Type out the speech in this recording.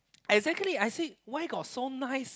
exactly I say where got so nice